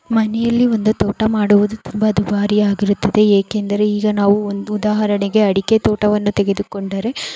ಮನೆಯಲ್ಲಿ ಒಂದು ತೋಟ ಮಾಡುವುದು ತುಂಬ ದುಬಾರಿಯಾಗಿರುತ್ತದೆ ಏಕೆಂದರೆ ಈಗ ನಾವು ಒಂದು ಉದಾಹರಣೆಗೆ ಅಡಿಕೆ ತೋಟವನ್ನು ತೆಗೆದುಕೊಂಡರೆ